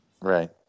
Right